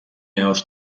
else